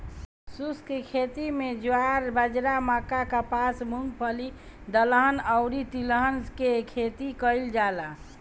शुष्क खेती में ज्वार, बाजरा, मक्का, कपास, मूंगफली, दलहन अउरी तिलहन के खेती कईल जाला